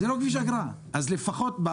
הצענו,